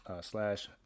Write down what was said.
slash